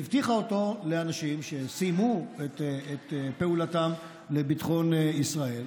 הבטיחה אותו לאנשים שסיימו את פעולתם לביטחון ישראל.